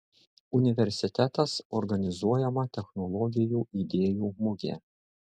universitetas organizuojama technologijų idėjų mugė